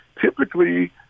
Typically